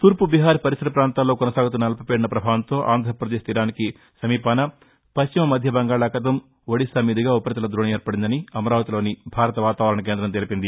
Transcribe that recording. తూర్పు బిహార్ పరిసర ప్రాంతాల్లో కొనసాగుతున్న అల్పపీదన ప్రభావంతో ఆంధ్రప్రదేశ్ తీరానికి సమీపాన పశ్చిమ మధ్య బంగాళాఖాతం ఒడిశా మీదుగా ఉపరితల ద్రోణి ఏర్పడిందని అమరావతిలోని భారత వాతావరణ కేంద్రం తెలిపింది